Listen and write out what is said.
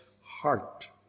heart